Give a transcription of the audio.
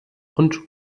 und